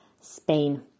Spain